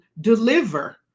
deliver